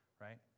right